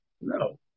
No